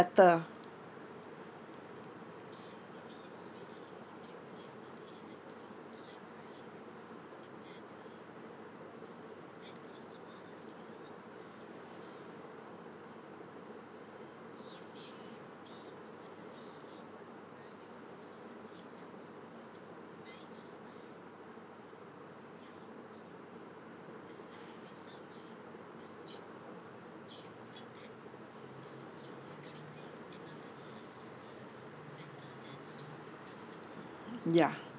better ya